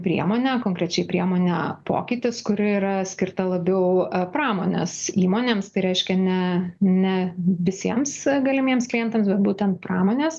priemonę konkrečiai priemonę pokytis kuri yra skirta labiau pramonės įmonėms reiškia ne ne visiems galimiems klientams bet būtent pramonės